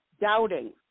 doubting